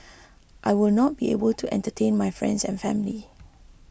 I will not be able to entertain my friends and family